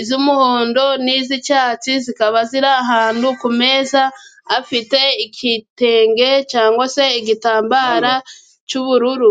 iz'umuhondo, n'iz'icyatsi. zikaba ziri ahantu ku meza, afite igitenge cyangwa se igitambara cy'ubururu.